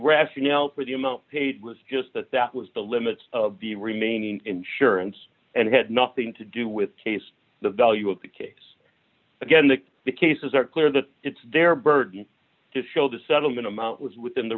rationale for the amount paid was just that that was the limit of the remaining insurance and had nothing to do with case the value of the case again the cases are clear that it's their burden to show the settlement amount was within the